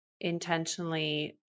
intentionally